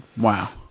Wow